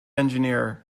engineer